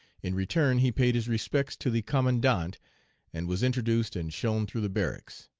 in return he paid his respects to the commandant and was introduced and shown through the barracks.